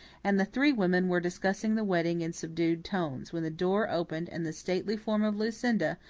and the three women were discussing the wedding in subdued tones when the door opened and the stately form of lucinda,